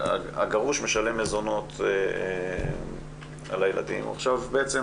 והגרוש משלם מזונות על הילדים, הוא עכשיו בעצם